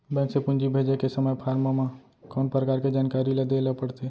Bank से पूंजी भेजे के समय फॉर्म म कौन परकार के जानकारी ल दे ला पड़थे?